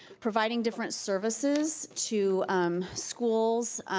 providing different services to schools,